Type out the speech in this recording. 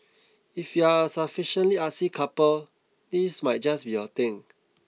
if you are a sufficiently artsy couple this might just be your thing